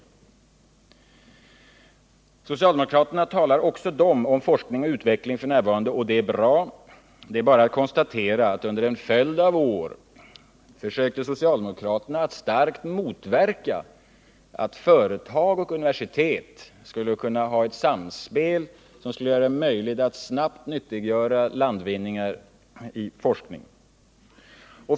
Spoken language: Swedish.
Också socialdemokraterna talar nu om forskning och utveckling, och det är bra. Det är bara att konstatera att under en följd av år försökte socialdemokraterna starkt motverka att företag och universitet skulle kunna ha ett samspel för att göra det möjligt att snabbt nyttiggöra landvinningar i forskningen.